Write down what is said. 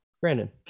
Brandon